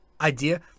idea